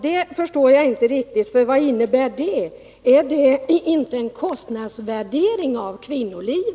Det förstår jag inte riktigt. Vad innebär det? Är det inte en kostnadsvärdering av kvinnoliv?